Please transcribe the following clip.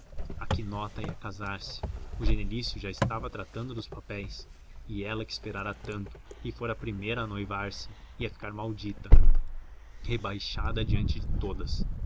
a quinota ia casar-se o genelício já estava tratando dos papéis e ela que esperara tanto e fora a primeira a noivar se ia ficar maldita rebaixada diante de todas